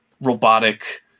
robotic